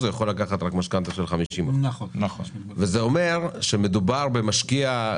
הוא יכול רק לקחת משכנתה של 50%. זה אומר שמדובר במשקיע,